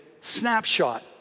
snapshot